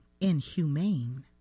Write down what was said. inhumane